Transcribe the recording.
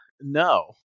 No